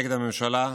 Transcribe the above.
נגד הממשלה.